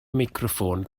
meicroffon